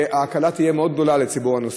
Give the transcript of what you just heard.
וההקלה תהיה מאוד גדולה לציבור הנוסעים.